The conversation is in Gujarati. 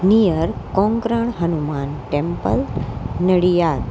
નિયર કૉંગરણ હનુમાન ટેમ્પલ નડિયાદ